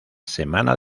semana